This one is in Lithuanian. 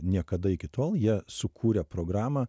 niekada iki tol jie sukūrė programą